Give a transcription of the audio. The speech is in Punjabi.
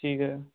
ਠੀਕ ਹੈ